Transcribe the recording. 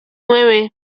nueve